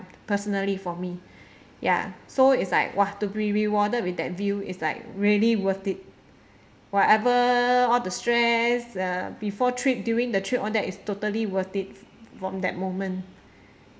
personally for me ya so it's like !wah! to be rewarded with that view is like really worth it whatever all the stress uh before trip during the trip on that is totally worth it from that moment